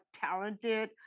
talented